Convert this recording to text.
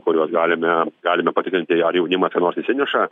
kuriuos galime galime patikrinti ar jaunimą ką nors įsineša